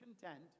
content